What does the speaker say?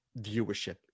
viewership